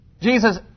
Jesus